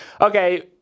okay